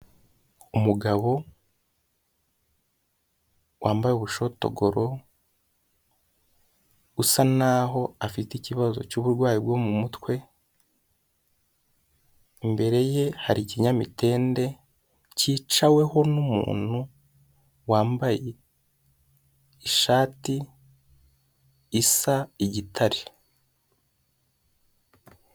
Umugabo wambaye ubushotogoro usa n'aho afite ikibazo cy'uburwayi bwo mu mutwe, imbere ye hari ikinyamitende cyicaweho n'umuntu wambaye ishati isa igitare.